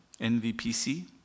NVPC